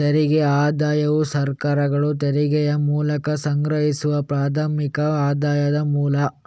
ತೆರಿಗೆ ಆದಾಯವು ಸರ್ಕಾರಗಳು ತೆರಿಗೆಯ ಮೂಲಕ ಸಂಗ್ರಹಿಸುವ ಪ್ರಾಥಮಿಕ ಆದಾಯದ ಮೂಲ